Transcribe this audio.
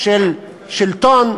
של שלטון